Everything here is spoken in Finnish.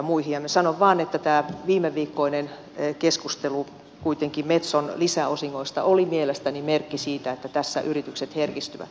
ja minä sanon vain että tämä viimeviikkoinen keskustelu metson lisäosingoista oli kuitenkin mielestäni merkki siitä että tässä yritykset herkistyvät tälle keskustelulle